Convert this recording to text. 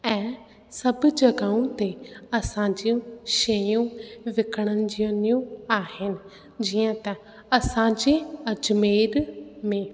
ऐं सभु जॻहाऊं ते असांजूं शयूं विकणंजदियूं आहिनि जीअं त असांजे अजमेर में